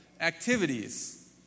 activities